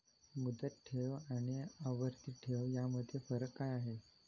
मुदत ठेव आणि आवर्ती ठेव यामधील फरक काय आहे?